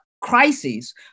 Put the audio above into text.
crises